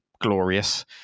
glorious